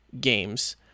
games